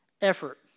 effort